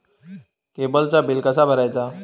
केबलचा बिल कसा भरायचा?